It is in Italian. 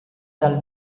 dal